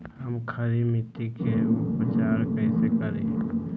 हम खड़ी मिट्टी के उपचार कईसे करी?